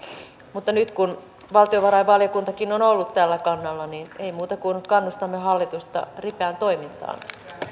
mutta nyt kun valtiovarainvaliokuntakin on ollut tällä kannalla ei muuta kuin kannustamme hallitusta ripeään toimintaan